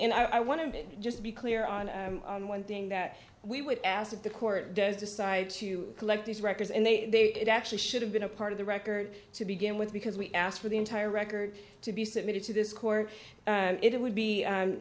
and i want to just be clear on one thing that we would ask the court does decide to collect these records and they it actually should have been a part of the record to begin with because we asked for the entire record to be submitted to this court and it would be